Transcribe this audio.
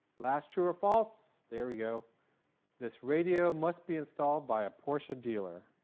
last true or false mario this radio must be installed by a portion dealer